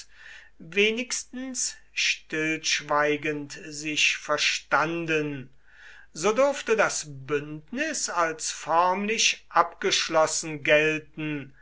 wenigstens stillschweigend sich verstanden so durfte das bündnis als förmlich abgeschlossen gelten